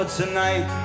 tonight